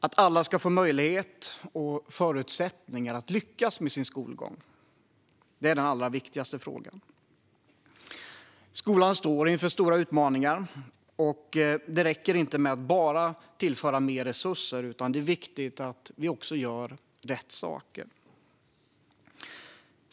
Att alla ska få möjlighet och förutsättningar att lyckas med sin skolgång är den allra viktigaste frågan. Skolan står inför stora utmaningar. Det räcker inte att bara tillföra mer resurser, utan det är viktigt att vi också gör rätt saker.